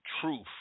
Truth